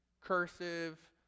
cursive